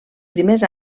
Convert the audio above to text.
primers